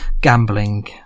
gambling